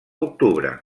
octubre